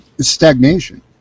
stagnation